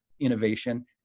innovation